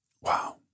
Wow